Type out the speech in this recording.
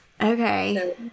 okay